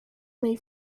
may